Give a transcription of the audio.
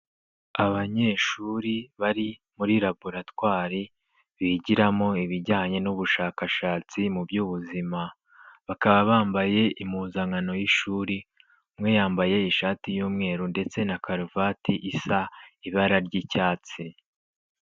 Abanyeshuri bari muri laboratwari bigiramo ibijyanye n'ubushakashatsi mu by'ubuzima. Bakaba bambaye impuzankano y'ishuri, umwe yambaye ishati y'umweru ndetse na karuvati isa ibara ry'icyatsi.